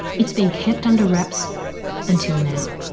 it's been kept under wraps until now.